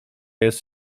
jest